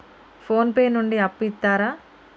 Phone pay నుండి అప్పు ఇత్తరా?